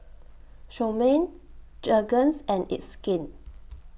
Chomel Jergens and It's Skin